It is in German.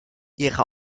ihrer